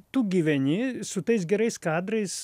tu gyveni su tais gerais kadrais